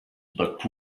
but